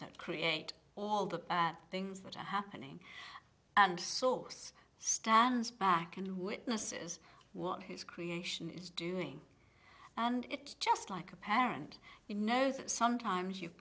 that create all the bad things that are happening and so forth stands back and witnesses what his creation is doing and it just like a parent you know that sometimes you